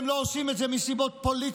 הם לא עושים את זה מסיבות פוליטיות,